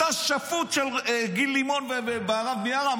אתה שפוט של גיל לימון ובהרב מיארה?